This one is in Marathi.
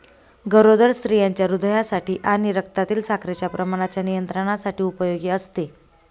गरोदर स्त्रियांच्या हृदयासाठी आणि रक्तातील साखरेच्या प्रमाणाच्या नियंत्रणासाठी उपयोगी असते